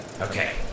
Okay